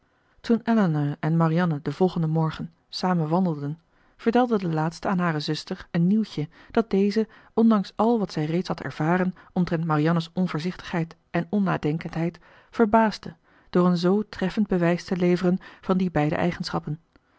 toen elinor en marianne den volgenden morgen samen wandelden vertelde de laatste aan hare zuster een nieuwtje dat deze ondanks al wat zij reeds had ervaren omtrent marianne's onvoorzichtigheid en onnadenkendheid verbaasde door een z treffend bewijs te leveren van die beide eigenschappen